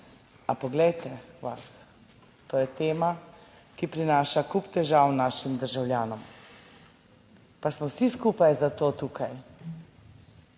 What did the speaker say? a poglejte vas, to je tema, ki prinaša kup težav našim državljanom, pa smo vsi skupaj zato tukaj,